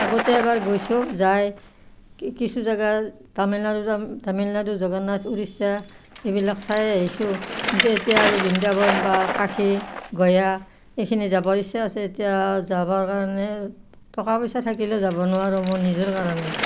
আগতে এবাৰ গৈছোঁ যাই কি কিছু জেগা তামিলনাডু তামিলনাডু জগন্নাথ উৰিষ্যা এইবিলাক চাই আহিছোঁ কিন্তু এতিয়া আৰু বৃন্দাবন বা কাশী গয়া এইখিনি যাবৰ ইচ্ছা আছে এতিয়া যাবৰ কাৰণে টকা পইচা থাকিলেও যাব নোৱাৰোঁ মোৰ নিজৰ কাৰণে